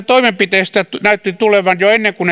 toimenpiteistä näytti tulevan jo ennen kuin